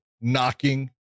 knocking